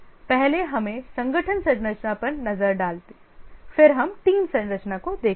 पहले हमें संगठन संरचना पर नजर डालें फिर हम टीम संरचना को देखेंगे